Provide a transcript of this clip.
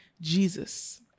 Jesus